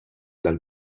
dal